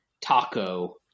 taco